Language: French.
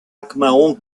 mcmahon